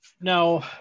Now